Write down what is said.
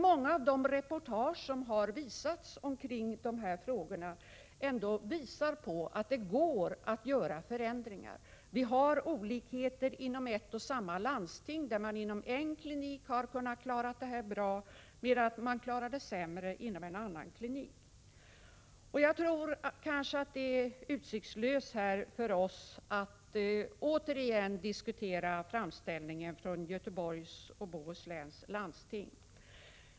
Många av de reportage som har gjorts kring de här problemen visar att det ändå går att göra förändringar. Det finns olikheter inom ett och samma landsting, där man på en klinik har klarat det bra medan en annan klinik klarat det sämre. Det är kanske utsiktslöst för oss att här återigen diskutera framställningen från Göteborgs och Bohus läns landsting.